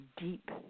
deep